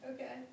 Okay